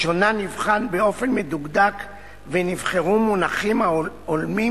לשונה נבחן באופן מדוקדק ונבחרו מונחים הולמים